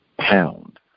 pound